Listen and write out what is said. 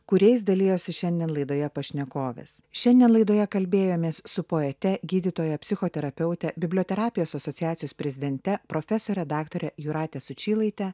kuriais dalijosi šiandien laidoje pašnekovės šiandien laidoje kalbėjomės su poete gydytoja psichoterapeute biblioterapijos asociacijos prezidente profesore daktare jūrate sučylaite